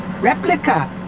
Replica